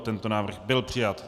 Tento návrh byl přijat.